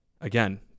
Again